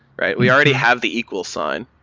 we already have the equal sign?